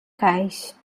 cais